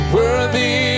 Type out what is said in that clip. worthy